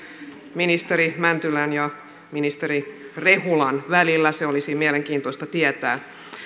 ministeri mäntylän ja ministeri rehulan välillä se olisi mielenkiintoista tietää